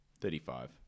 thirty-five